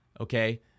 Okay